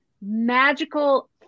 magical